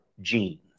genes